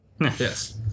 Yes